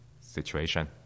situation